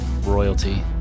royalty